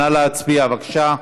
נא להצביע בבקשה.